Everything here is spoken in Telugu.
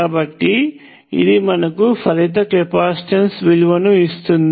కాబట్టి ఇది మనకు ఫలిత కెపాసిటెన్స్ విలువను ఇస్తుంది